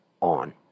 on